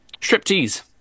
Striptease